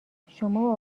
شما